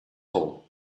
all